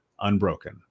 unbroken